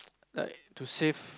like to save